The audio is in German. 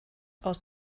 aus